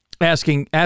asking